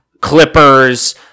Clippers